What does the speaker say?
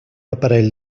aparell